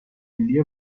ملی